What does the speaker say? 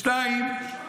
שתיים,